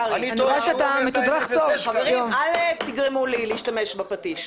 חברים, אל תגרמו לי להשתמש בפטיש.